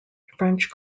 french